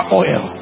oil